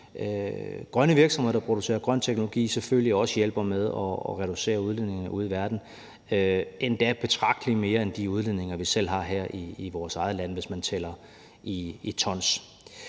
grønne virksomheder, der producerer grøn teknologi, for den hjælper selvfølgelig også med at reducere udledningen ude i verden, endda betragteligt mere end de udledninger, vi selv har her i vores eget land, hvis man tæller i tons.